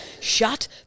shut